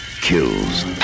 kills